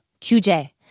QJ